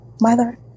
mother